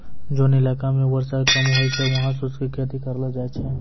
जोन इलाका मॅ वर्षा कम होय छै वहाँ शुष्क खेती करलो जाय छै